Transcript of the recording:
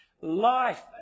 life